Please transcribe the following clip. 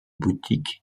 boutique